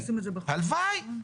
הלוואי.